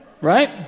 Right